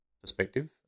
perspective